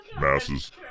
masses